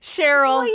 Cheryl